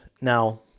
Now